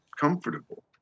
comfortable